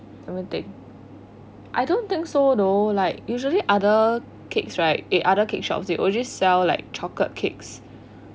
let me think I don't think so though like usually other cakes right the other cake shops they all just sell like chocolate cakes